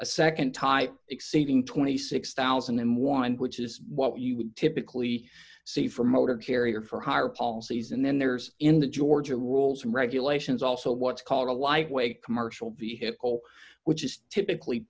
a nd type exceeding twenty six thousand and one which is what you would typically see for motor carrier for hire policies and then there's in the georgia rules and regulations also what's called a lightweight commercial vehicle which is typically